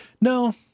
no